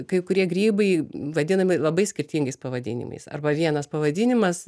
kai kurie grybai vadinami labai skirtingais pavadinimais arba vienas pavadinimas